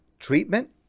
treatment